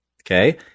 Okay